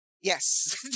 Yes